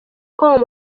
com